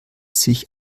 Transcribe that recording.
sich